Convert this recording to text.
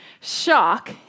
shock